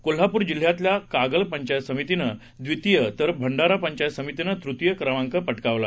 कोल्हापूर जिल्ह्यातल्या कागल पंचायत समितीनं द्वितीय तर भंडारा पंचायत समितीनं तृतीय क्रमांक पटकावला